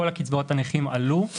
כל קצבאות הנכים עלו,